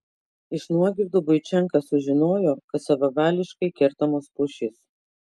iš nuogirdų buičenka sužinojo kad savavališkai kertamos pušys